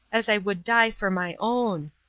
as i would die for my own.